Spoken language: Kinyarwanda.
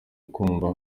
kumva